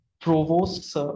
provost